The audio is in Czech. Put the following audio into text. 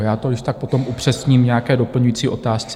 Já to když tak potom upřesním v nějaké doplňující otázce.